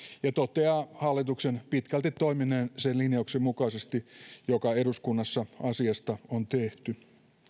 ja toteaa hallituksen pitkälti toimineen sen linjauksen mukaisesti joka eduskunnassa asiasta on tehty